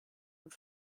und